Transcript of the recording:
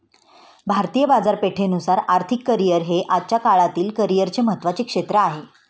भारतीय बाजारपेठेनुसार आर्थिक करिअर हे आजच्या काळातील करिअरचे महत्त्वाचे क्षेत्र आहे